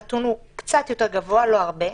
הנתון הוא קצת יותר גבוה ולא הרבה.